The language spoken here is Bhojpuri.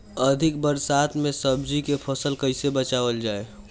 अधिक बरसात में सब्जी के फसल कैसे बचावल जाय?